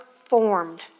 formed